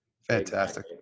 Fantastic